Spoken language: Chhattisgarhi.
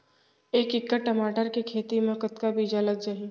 दू एकड़ टमाटर के खेती मा कतका बीजा लग जाही?